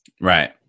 Right